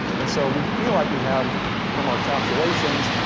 and so we feel like we have, from our calculations,